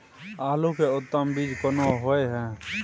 आलू के उत्तम बीज कोन होय है?